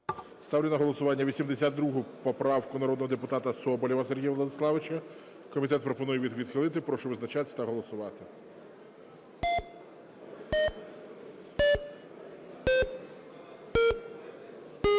Ставлю на голосування 82 поправку народного депутата Соболєва Сергія Владиславовича. Комітет пропонує її відхилити. Прошу визначатися та голосувати.